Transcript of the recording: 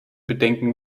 bedenken